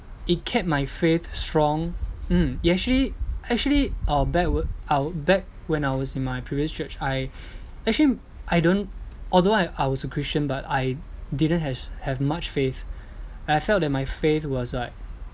it kept my faith strong mm it actually actually or backward or back when I was in my previous church I actually I don't although I I was a christian but I didn't has have much faith I felt that my faith was like